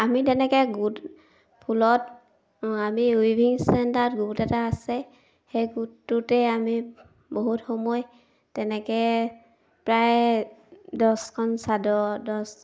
আমি তেনেকৈ গোট ফুলত আমি উইভিং চেণ্টাৰত গোট এটা আছে সেই গোটটোতে আমি বহুত সময় তেনেকৈ প্ৰায় দছখন চাদৰ দছ